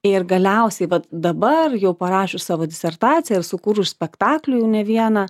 ir galiausiai vat dabar jau parašius savo disertaciją ir sukūrus spektaklį jau ne vieną